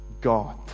God